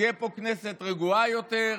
תהיה פה כנסת רגועה יותר,